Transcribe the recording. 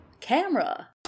Camera